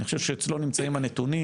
אני חושב שאצלו נמצאים הנתונים,